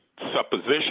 supposition